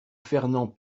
fernand